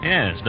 Yes